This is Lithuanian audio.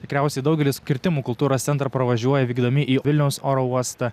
tikriausiai daugelis kirtimų kultūros centrą pravažiuoja vykdami į vilniaus oro uostą